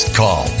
call